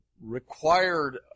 Required